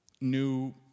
new